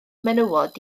menywod